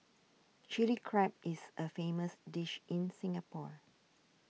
Chilli Crab is a famous dish in Singapore